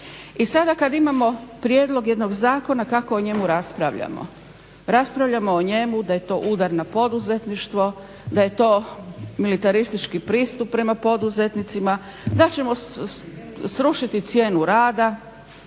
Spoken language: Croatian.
I sada kad imamo prijedlog jednog zakona kako o njemu raspravljamo? Raspravljamo o njemu da je to udar na poduzetništvo, da je to militaristički pristup prema poduzetnicima, da ćemo srušiti cijenu rada,